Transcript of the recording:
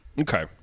Okay